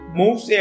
moves